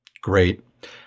Great